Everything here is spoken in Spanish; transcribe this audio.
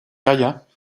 calla